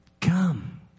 come